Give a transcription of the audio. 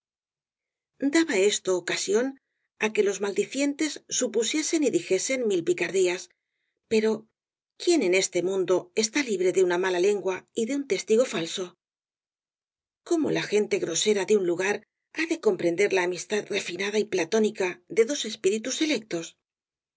daba esto ocasión á que los maldicientes supu siesen y dijesen mil picardías pero quién en este mundo está libre de una mala lengua y de un tes tigo falso cómo la gente grosera de un lugar ha de comprender la amistad refinada y platónica de dos espíritus selectos